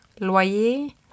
loyer